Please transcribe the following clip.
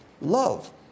love